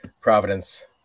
Providence